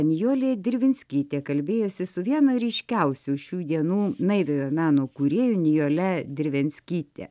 nijolė dirvinskytė kalbėjosi su viena ryškiausių šių dienų naiviojo meno kūrėjų nijole drivenskyte